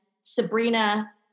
Sabrina